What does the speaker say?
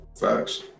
Facts